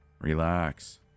Relax